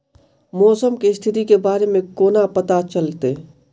मौसम केँ स्थिति केँ बारे मे कोना पत्ता चलितै?